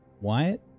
Wyatt